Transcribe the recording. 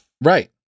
Right